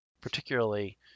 particularly